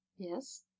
Yes